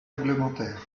réglementaire